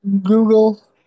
Google